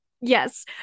yes